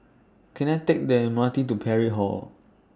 Can I Take The M R T to Parry Hall